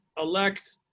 elect